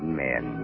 men